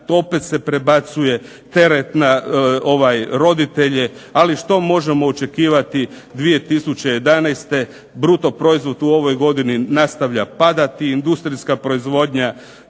opet se prebacuje teret na roditelje, ali što možemo očekivati 2011.? Bruto proizvod u ovoj godini nastavlja padati, industrijska proizvodnja